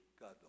God